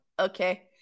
okay